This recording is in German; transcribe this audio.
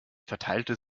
verteilte